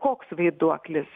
koks vaiduoklis